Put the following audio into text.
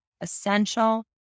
essential